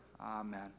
Amen